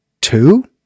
two